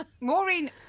Maureen